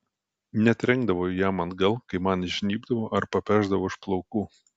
netrenkdavau jam atgal kai man įžnybdavo ar papešdavo už plaukų